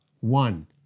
One